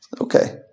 Okay